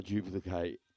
Duplicate